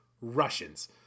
Russians